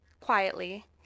quietly